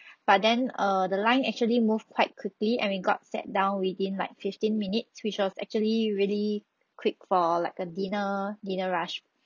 but then err the line actually moved quite quickly and we got sat down within like fifteen minutes which was actually really quick for like a dinner dinner rush